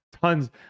tons